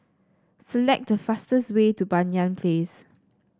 select the fastest way to Banyan Place